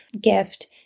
gift